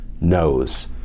knows